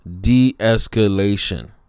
De-escalation